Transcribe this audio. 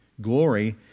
Glory